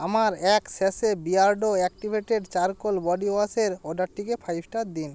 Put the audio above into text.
আমার এক sachet Beardo activated charcoal বডিওয়াশের অর্ডারটিকে ফাইভ স্টার দিন